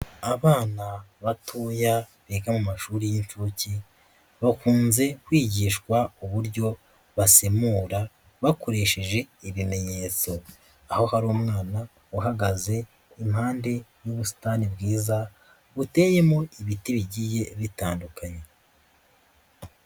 Abana batoya biga mu mashuri y'inshuke bakunze kwigishwa uburyo basemura bakoresheje ibimenyetso. Aho hari umwana uhagaze impande y'ubusitani bwiza, buteyemo ibiti bigiye bitandukanye.